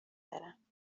برم